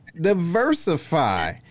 diversify